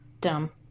Dumb